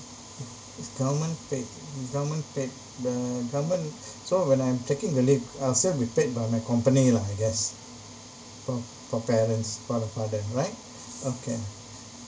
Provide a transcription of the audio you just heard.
is is government paid is government paid the government so when I'm taking the leave uh so it'll be paid by my company lah I guess oh for parents for the father right okay